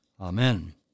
Amen